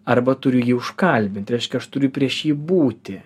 arba turiu jį užkalbint reiškia aš turiu prieš jį būti